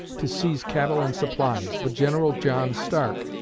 to seize cattle and supplies, but general john stark,